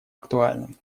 актуальным